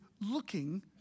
looking